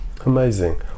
Amazing